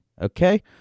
okay